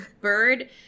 bird